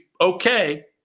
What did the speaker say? okay